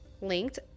linked